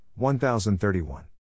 1031